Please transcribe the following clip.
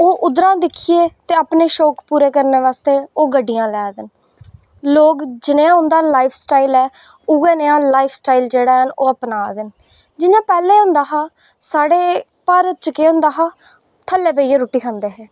ते ओह् उद्धरा दिक्खियै ते अपने शौक पूरे करने बास्तै ओह् गड्डियां लै दे न लोग जनेहा उं'दा लाईफ स्टाईल ऐ उ'ऐ निं हा लाइफ स्टाईल जेह्ड़े ओह् अपना दे न जि'यां पैह्लें होंदा हा साढ़े भारत च केह् होंदा हा थल्लै बेहियै रुट्टी खंदे हे